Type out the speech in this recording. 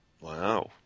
Wow